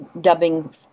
dubbing